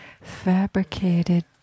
fabricated